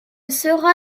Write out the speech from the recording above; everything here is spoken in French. sera